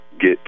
get